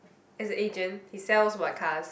as an agent he sells what cars